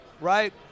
right